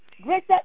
Greater